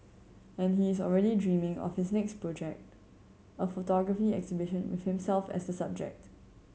and he is already dreaming of his next project a photography exhibition with himself as subject